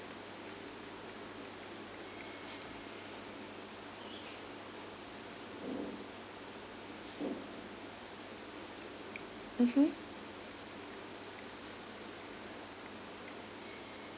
mmhmm